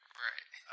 Right